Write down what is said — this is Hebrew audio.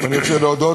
אל הקרקע,